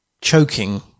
choking